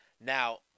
Now